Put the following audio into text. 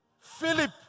Philip